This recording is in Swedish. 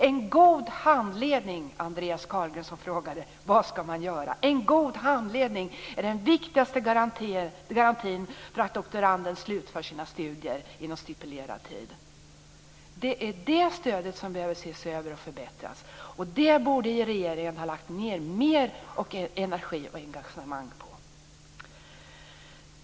En god handledning - Andreas Carlgren, som frågade vad man skall göra - är den viktigaste garantin för att doktoranden slutför sina studier inom stipulerad tid. Det är det stödet som behöver ses över och förbättras. Det borde regeringen ha lagt ned mer energi och engagemang på.